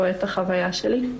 רואה את החוויה שלי.